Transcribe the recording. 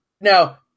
Now